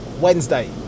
wednesday